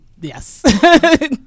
yes